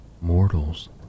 Mortals